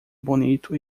bonito